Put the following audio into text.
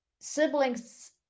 siblings